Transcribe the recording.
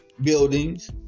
Buildings